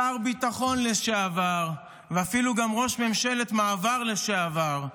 שר ביטחון לשעבר ואפילו ראש ממשלת מעבר לשעבר.